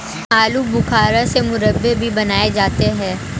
आलू बुखारा से मुरब्बे भी बनाए जाते हैं